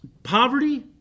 Poverty